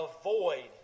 avoid